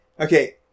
okay